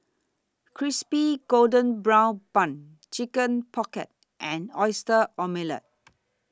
Crispy Golden Brown Bun Chicken Pocket and Oyster Omelette